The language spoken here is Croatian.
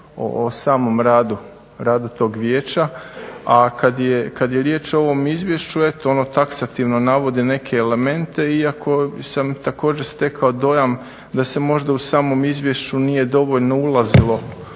o samom radu tog vijeća. A kad je riječ o ovom izvješću eto ono taksativno navodi neke elemente iako sam također stekao dojam da se možda u samom izvješću nije dovoljno ulazilo